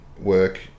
work